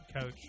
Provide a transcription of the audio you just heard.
coach